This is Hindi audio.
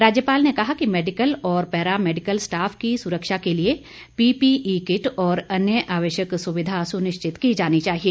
राज्यपाल ने कहा कि मेडिकल और पैरा मेडिकल स्टाफ की सुरक्षा के लिए पीपीई किट और अन्य आवश्यक सुविधा सुनिश्चित की जानी चाहिए